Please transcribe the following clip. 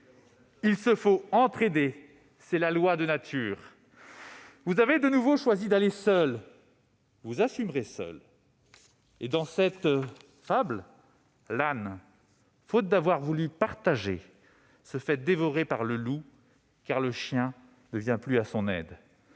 Il se faut entraider, c'est la loi de nature ». Vous avez, de nouveau, choisi d'aller seul. Vous assumerez seul. Dans cette fable, faute d'avoir voulu partager, l'âne se fait dévorer par le loup, car le chien ne vient plus à son aide.